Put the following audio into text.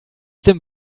dem